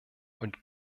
und